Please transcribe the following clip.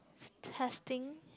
testing